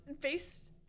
based